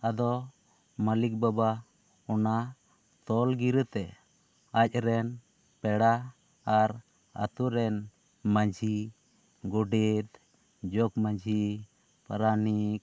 ᱟᱫᱚ ᱢᱟᱹᱞᱤᱠ ᱵᱟᱵᱟ ᱚᱱᱟ ᱛᱚᱞ ᱜᱤᱨᱟᱹ ᱛᱮ ᱟᱡ ᱨᱮᱱ ᱯᱮᱲᱟ ᱟᱨ ᱟᱛᱳ ᱨᱮᱱ ᱢᱟᱹᱡᱷᱤ ᱜᱚᱰᱮᱛ ᱡᱚᱜᱽ ᱢᱟᱹᱡᱷᱤ ᱯᱟᱨᱟᱱᱤᱠ